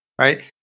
Right